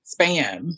spam